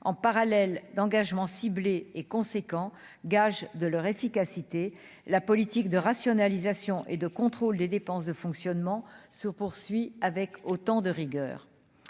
en parallèle d'engagement ciblé et conséquent, gage de leur efficacité, la politique de rationalisation et de contrôle des dépenses de fonctionnement se poursuit avec autant de rigueur,